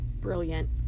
Brilliant